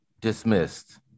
dismissed